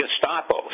Gestapo